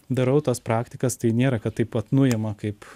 darau tas praktikas tai nėra kad taip pat nuima kaip